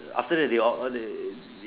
after that they all they earn already